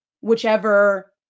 whichever